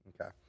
Okay